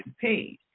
paid